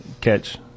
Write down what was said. catch